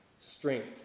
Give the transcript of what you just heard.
Strength